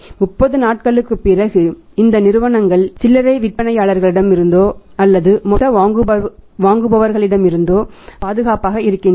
30 நாட்களுக்குப் பிறகு இந்த நிறுவனங்கள் சில்லறை விற்பனையாளர்களிடமிருந்தோ அல்லது மொத்தமாக வாங்குபவர்களிடமிருந்தோ பாதுகாப்பாக இருக்கின்றன